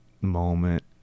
moment